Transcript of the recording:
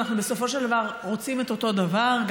אנחנו בסופו של דבר רוצים את אותו דבר.